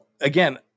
again